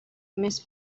més